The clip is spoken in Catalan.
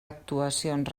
actuacions